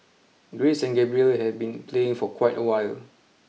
Grace and Gabriel have been playing for quite awhile